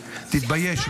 תתבייש,